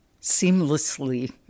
seamlessly